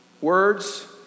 Words